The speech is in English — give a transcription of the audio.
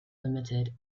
limited